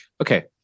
Okay